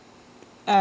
uh